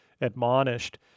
admonished